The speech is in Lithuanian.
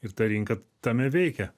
ir ta rinka tame veikia